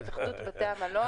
להתאחדות בתי המלון.